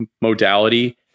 modality